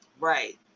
right